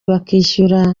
bakishyura